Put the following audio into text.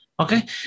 Okay